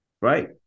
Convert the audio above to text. right